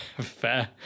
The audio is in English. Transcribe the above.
fair